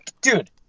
Dude